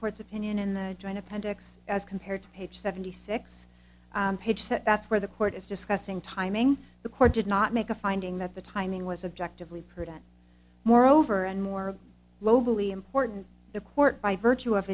court's opinion in the joint appendix as compared to page seventy six page that that's where the court is discussing timing the court did not make a finding that the timing was objective leigh purdah moreover and more globally important the court by virtue of